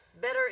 Better